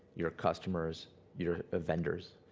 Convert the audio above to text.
your customers your vendors,